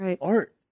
art